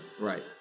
Right